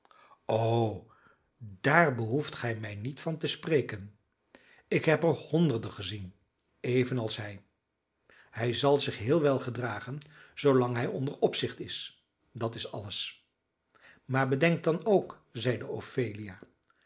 o daar behoeft gij mij niet van te spreken ik heb er honderden gezien evenals hij hij zal zich heel wel gedragen zoolang hij onder opzicht is dat is alles maar bedenk dan ook zeide ophelia